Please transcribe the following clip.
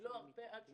ולא ארפה עד שיטופל,